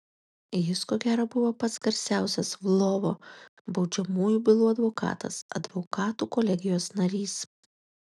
jis ko gero buvo pats garsiausias lvovo baudžiamųjų bylų advokatas advokatų kolegijos narys